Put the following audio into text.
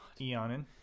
Eonin